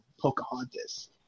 Pocahontas